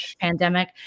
pandemic